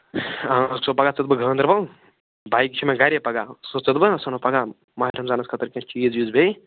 أسۍ وسو پگاہ ژٕ تہٕ بہٕ گانٛدربل بایِک چھِ مےٚ گَری پگاہ أسۍ وسو ژٕ تہٕ بہٕ أسۍ اَنو پگاہ ماہِ رمضانس خٲطرٕ کیٚنٛہہ چیٖز ویٖز بیٚیہِ